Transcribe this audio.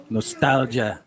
Nostalgia